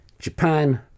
Japan